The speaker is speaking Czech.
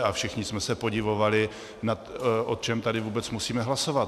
A všichni jsme se podivovali, o čem tady vůbec musíme hlasovat.